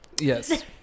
Yes